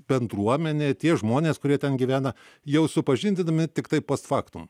bendruomenė tie žmonės kurie ten gyvena jau supažindinami tiktai post faktum